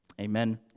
Amen